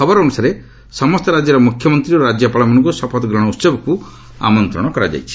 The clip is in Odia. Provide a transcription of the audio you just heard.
ଖବର ଅନୁସାରେ ସମସ୍ତ ରାଜ୍ୟର ମୁଖ୍ୟମନ୍ତ୍ରୀ ଓ ରାଜ୍ୟପାଳମାନଙ୍କୁ ଶପଥ ଗ୍ରହଣ ଉତ୍ସବକୁ ଆମନ୍ତ୍ରଣ କରାଯାଇଛି